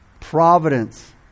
Providence